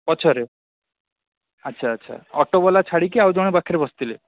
ପଛରେ ଆଚ୍ଛା ଆଚ୍ଛା ଅଟୋବାଲା ଛାଡ଼ିକି ଆଉ ଜଣେ ପାଖରେ ବସିଥିଲେ